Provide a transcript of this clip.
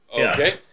Okay